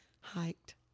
Hiked